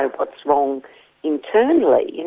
and what's wrong internally,